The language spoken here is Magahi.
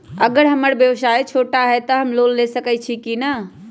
अगर हमर व्यवसाय छोटा है त हम लोन ले सकईछी की न?